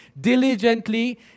diligently